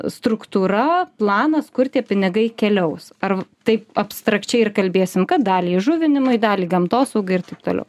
struktūra planas kur tie pinigai keliaus ar taip abstrakčiai ir kalbėsim kad dalį įžuvinimai dalį gamtosaugai ir taip toliau